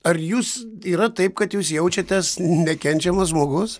ar jūs yra taip kad jūs jaučiatės nekenčiamas žmogus